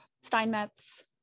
Steinmetz